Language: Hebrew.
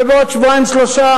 ובעוד שבועיים-שלושה